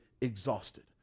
exhausted